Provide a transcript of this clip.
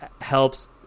helps